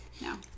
No